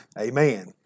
Amen